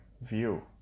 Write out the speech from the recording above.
view